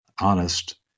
honest